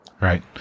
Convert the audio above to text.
Right